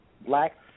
black